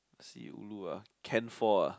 see ulu ah can four ah